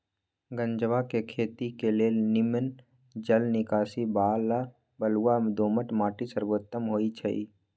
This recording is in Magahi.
गञजा के खेती के लेल निम्मन जल निकासी बला बलुआ दोमट माटि सर्वोत्तम होइ छइ